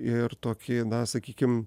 ir tokį na sakykim